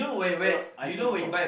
ya I saw before